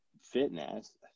fitness